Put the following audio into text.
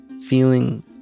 feeling